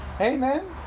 Amen